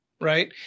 right